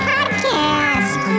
Podcast